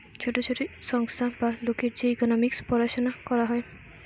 ছোট ছোট সংস্থা বা লোকের যে ইকোনোমিক্স পড়াশুনা করা হয়